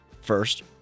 first